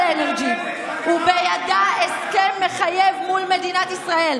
אנרג'י ובידה הסכם מחייב מול מדינת ישראל,